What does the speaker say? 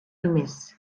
jmiss